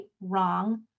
wrong